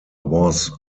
was